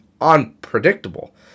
unpredictable